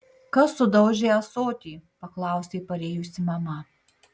kas sudaužė ąsotį paklausė parėjusi mama